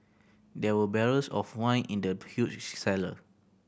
there were barrels of wine in the huge cellar